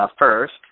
first